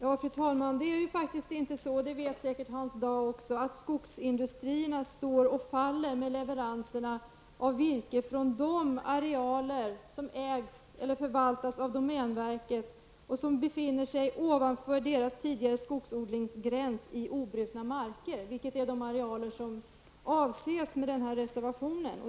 Fru talman! Hans Dau vet säkert också att skogsindustrin inte står och faller med leveranserna av virke från de arealer som förvaltas av domänverket och som befinner sig ovanför domänverkets tidigare skogsodlingsgräns i obrutna marker. Det är de arealerna som avses i reservationen.